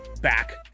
back